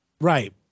Right